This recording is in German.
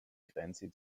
grenze